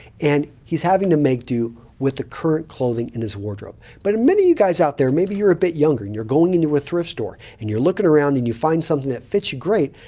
and he's having to make do with the current clothing in his wardrobe. but many of you guys out there, maybe you're a bit younger and you're going into a thrift store. and you're looking around and you find something that fits you great,